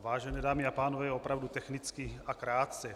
Vážené dámy a pánové, opravdu technicky a krátce.